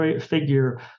figure